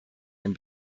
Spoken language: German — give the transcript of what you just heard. ein